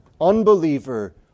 Unbeliever